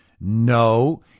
No